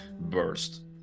burst